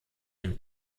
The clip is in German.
dem